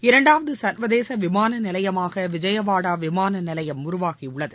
இரண்டாவது சர்வதேச விமான நிலையமாக விஜயவாடா விமான நிலையம் உருவாகியுள்ளது